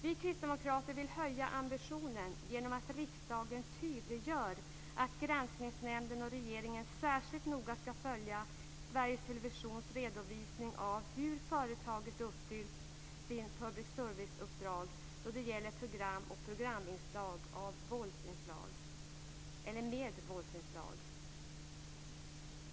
Vi kristdemokrater vill höja ambitionen genom att riksdagen tydliggör att Granskningsnämnden och regeringen särskilt noga skall följa Sveriges televisions redovisning av hur företaget uppfyllt sitt public service-uppdrag då det gäller program och programinslag med våldsinslag.